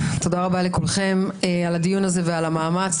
תודה רבה לכולכם על הדיון הזה ועל המאמץ.